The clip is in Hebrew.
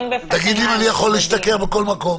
תגיד לי אם אני יכול להשתכר בכל מקום.